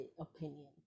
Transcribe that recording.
opinion